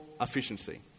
efficiency